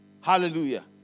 Hallelujah